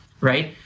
right